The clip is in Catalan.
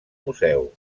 museu